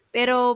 Pero